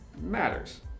matters